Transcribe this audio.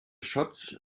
shots